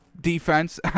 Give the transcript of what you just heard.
defense